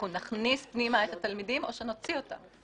שנכניס פנימה את התלמידים או שנוציא אותם?